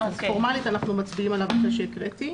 אז פורמלית אנחנו מצביעים עליו אחרי שהקראתי.